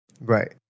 Right